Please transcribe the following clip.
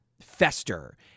fester